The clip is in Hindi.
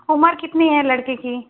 उमर कितनी है लड़के की